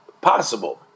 possible